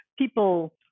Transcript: people